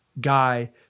guy